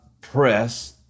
press